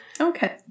Okay